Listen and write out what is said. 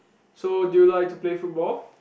so do you like to play football